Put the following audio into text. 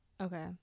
Okay